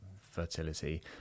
fertility